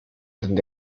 donde